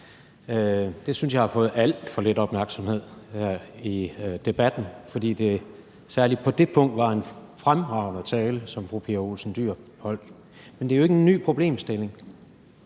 Det synes jeg har fået alt for lidt opmærksomhed her i debatten, for det var særlig på det punkt en fremragende tale, som fru Pia Olsen Dyhr holdt. Men det er jo ikke en ny problemstilling.